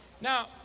Now